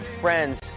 Friends